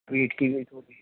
پیٹھ کی بھی تھوڑی